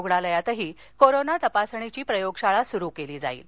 रूग्णालयातही corona तपासणीची प्रयोगशाळा सुरू केली जाईल